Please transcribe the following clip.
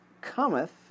cometh